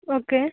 okay